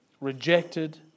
rejected